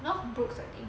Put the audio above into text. northbrooks I think